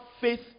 faith